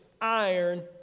iron